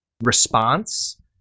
response